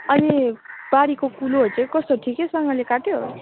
अनि बारीको कुलोहरू चाहिँ कस्तो ठिकैसँगले काट्यो